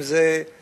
אם זה בריאות,